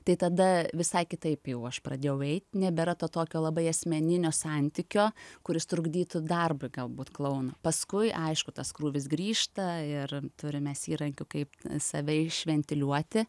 tai tada visai kitaip jau aš pradėjau eit nebėra to tokio labai asmeninio santykio kuris trukdytų darbui galbūt klounu paskui aišku tas krūvis grįžta ir turim mes įrankių kaip save išventiliuoti